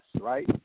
right